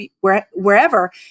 wherever